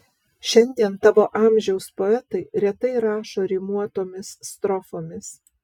šiandien tavo amžiaus poetai retai rašo rimuotomis strofomis